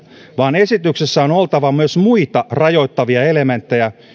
vaan esityksessä on oltava myös muita rajoittavia elementtejä